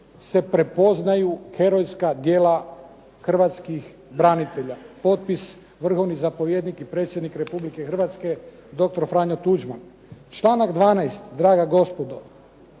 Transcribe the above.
se prepoznaju herojska djela hrvatskih branitelja. Potpis: Vrhovni zapovjednik i predsjednik Republike Hrvatske dr. Franjo Tuđman. Članak 12., draga gospodo,